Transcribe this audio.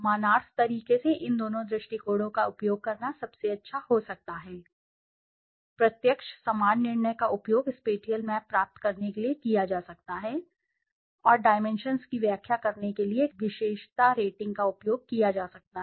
मानार्थ तरीके से इन दोनों दृष्टिकोणों का उपयोग करना सबसे अच्छा हो सकता है प्रत्यक्ष समान निर्णय का उपयोग स्पेटिअल मैप प्राप्त करने के लिए किया जा सकता है और डाइमेंशन्स की व्याख्या करने के लिए एक विशेषता के रूप में विशेषता रेटिंग का उपयोग किया जा सकता है